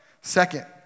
second